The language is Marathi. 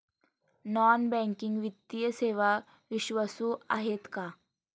नॉन बँकिंग वित्तीय सेवा विश्वासू आहेत का?